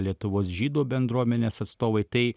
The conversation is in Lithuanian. lietuvos žydų bendruomenės atstovai tai